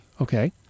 Okay